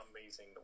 amazing